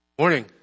Morning